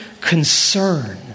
concern